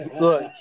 look